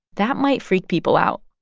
that might freak people out